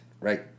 Right